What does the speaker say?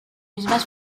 mismas